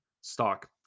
stock